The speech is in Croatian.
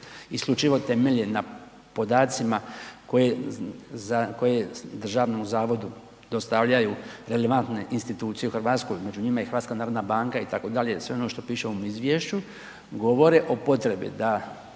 isključivo temelje na podacima koje državnom zavodu dostavljaju relevantne institucije u Hrvatskoj, među njima i HNB itd., sve ono što piše u ovom izvješću, govore o potrebi da